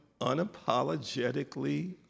unapologetically